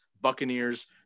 Buccaneers